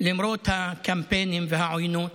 למרות הקמפיינים והעוינות.